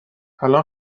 الان